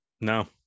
no